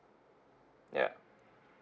yup